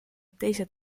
teised